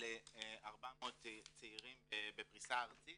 ל-400 צעירים בפרישה ארצית